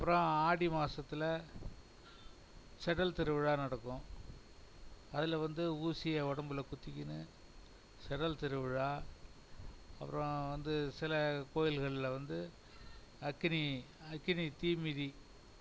அப்றம் ஆடி மாசத்தில் செடில் திருவிழா நடக்கும் அதில் வந்து ஊசியை உடம்பில் குத்திக்கின்னு செடில் திருவிழா அப்றம் வந்து சில கோயில்களில் வந்து அக்னி அக்னி தீமிதி